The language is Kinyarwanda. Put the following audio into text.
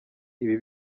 ibi